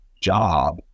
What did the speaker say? job